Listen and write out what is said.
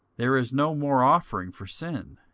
there is no more offering for sin.